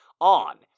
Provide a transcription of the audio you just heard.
on